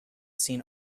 seen